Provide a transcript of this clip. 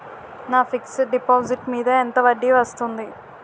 నా fixed deposit మీద ఎంత వడ్డీ వస్తుంది?